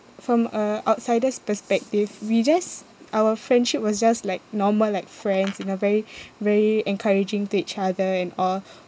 from a outsider's perspective we just our friendship was just like normal like friends in a very very encouraging to each other and all